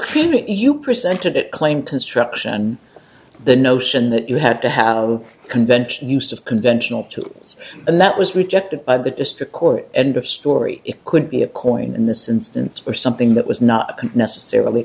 criminal you presented it claim to struction the notion that you had to have a convention use of conventional tools and that was rejected by the district court end of story it could be a coin in this instance or something that was not necessarily